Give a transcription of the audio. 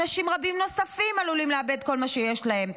אנשים רבים נוספים עלולים לאבד את כל מה שיש להם.